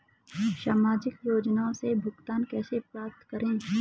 सामाजिक योजनाओं से भुगतान कैसे प्राप्त करें?